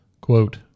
Quote